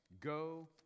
Go